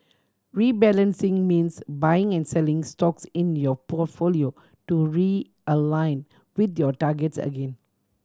rebalancing means buying and selling stocks in your portfolio to realign with your targets again